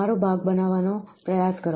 તમારો ભાગ બનાવવાનો પ્રયાસ કરો